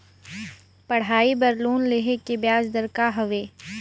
पढ़ाई बर लोन लेहे के ब्याज दर का हवे?